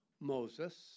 Moses